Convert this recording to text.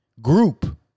group